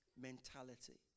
mentality